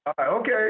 okay